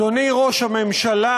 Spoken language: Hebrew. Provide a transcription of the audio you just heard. אדוני ראש הממשלה,